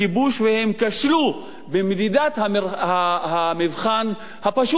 והם כשלו במדידת המבחן הפשוט הזה,